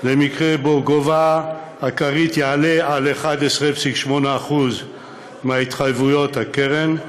למקרה שבו גובה הכרית יעלה על 11.8% מהתחייבויות הקרן.